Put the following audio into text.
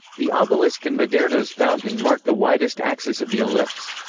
the obelisk and maderno's fountain mark the widest axis of the ellipse.